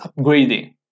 upgrading